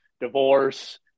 divorce